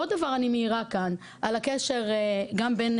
עוד דבר אני מעירה כאן על הקשר גם בין